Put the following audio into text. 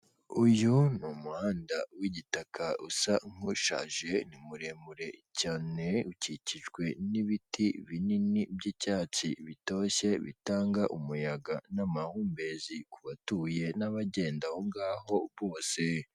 Uyu ni umuhanda w'igitaka usa nk'ushaje, ni muremure cyane, ukikijwe n'ibiti binini by'icyatsi bitoshye, bitanga umuyaga n'amahumbezi ku batuye n'abagenda aho ngaho bose.